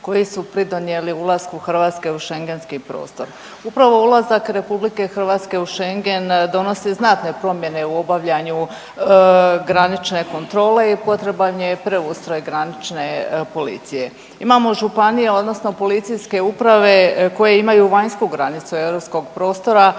koji su pridonijeli ulasku Hrvatske u Schengenski prostor. Upravo ulazak RH u Schengen donosi znatne promjene u obavljanju granične kontrole i potreban je preustroj granične policije. Imamo županije odnosno policijske uprave koje imaju vanjsku granicu europskog prostora,